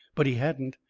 but he hadn't.